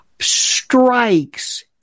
strikes